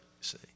see